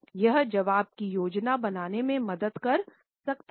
यह जवाब की योजना बनाने में मदद कर सकते हैं